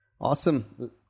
Awesome